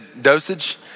dosage